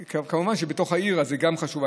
כמובן שזה בתוך העיר, אז גם זה חשוב.